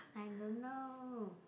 I don't know